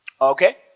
Okay